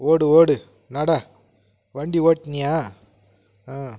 ஓடு ஓடு நடை வண்டி ஓட்டினியா ஆ